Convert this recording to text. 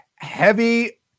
heavy